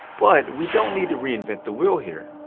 but we don't need to reinvent the wheel here!